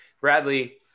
Bradley